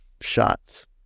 shots